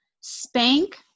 Spank